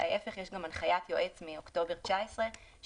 ואפילו ההפך יש הנחיית יועץ מאוקטובר 2019 שמדברת